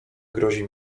grozi